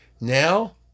Now